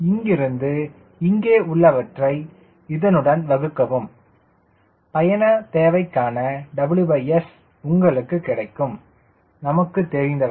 இங்கிருந்து இங்கு உள்ளவற்றை இதனுடன் வகுக்கவும் பயண தேவைக்கான WS உங்களுக்கு கிடைக்கும் நமக்கு தெரிந்தவை